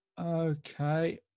Okay